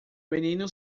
menino